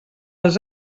els